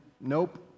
nope